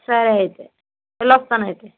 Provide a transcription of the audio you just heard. సరే అయితే వెళ్ళి వస్తాను అయితే